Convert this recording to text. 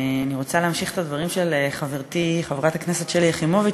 אני רוצה להמשיך את הדברים של חברתי חברת הכנסת שלי יחימוביץ,